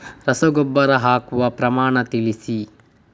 ರಸಗೊಬ್ಬರ ಹಾಕುವ ಪ್ರಮಾಣ ತಿಳಿಸಿ